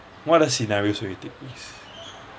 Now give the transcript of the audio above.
what other scenarios will you take risk